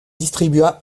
distribua